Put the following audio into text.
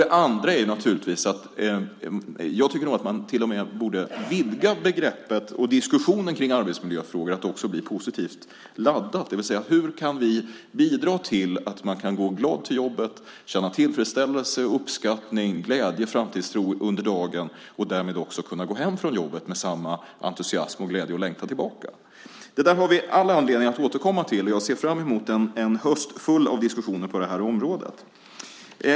Det andra är att jag till och med tycker att man borde vidga begreppet och diskussionen kring arbetsmiljöfrågor till att också bli positivt laddat, det vill säga: Hur kan vi bidra till att man kan gå glad till jobbet, känna tillfredsställelse, uppskattning, glädje och framtidstro under dagen, och därmed också kunna gå hem från jobbet med samma entusiasm, glädje och längtan tillbaka? Det där har vi all anledning att återkomma till, och jag ser fram emot en höst full av diskussioner på det här området.